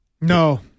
No